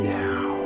now